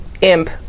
imp